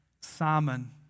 Simon